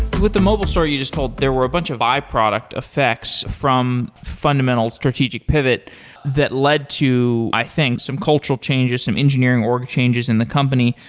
with the mobile story you just told, there were a bunch of byproduct effects from fundamental strategic pivot that led to i think some cultural changes, some engineering org changes in the company.